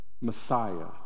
Messiah